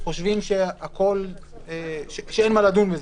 חושבים שאין מה לדון בזה.